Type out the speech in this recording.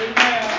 Amen